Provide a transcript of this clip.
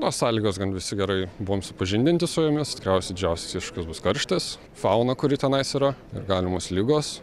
o sąlygos gan visi gerai buvom supažindinti su jomis tikriausiai didžiausias iššūkis bus karštas fauna kuri tenais yra ir galimos ligos